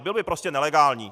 Byl by prostě nelegální.